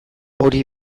hori